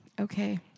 Okay